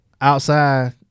Outside